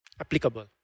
applicable